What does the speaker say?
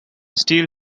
steal